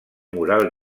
moral